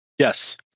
Yes